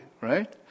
right